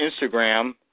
Instagram